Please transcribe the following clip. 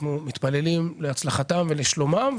אנחנו מתפללים להצלחתם ושלומם,